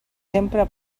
sempre